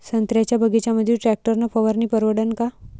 संत्र्याच्या बगीच्यामंदी टॅक्टर न फवारनी परवडन का?